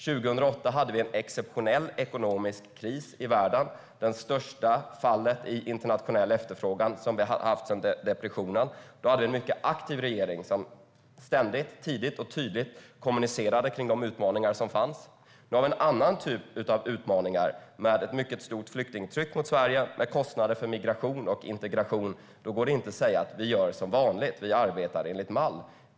År 2008 hade vi en exceptionell ekonomisk kris i världen med det största fallet i internationell efterfrågan som vi haft sedan depressionen. Då hade vi en mycket aktiv regering som ständigt, tidigt och tydligt kommunicerade de utmaningar som fanns. Nu har vi en annan typ av utmaningar med ett mycket stort flyktingtryck på Sverige med kostnader för migration och integration. Då går det inte att säga: Vi gör som vanligt, vi arbetar enligt mall.